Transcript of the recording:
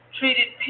treated